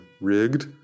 rigged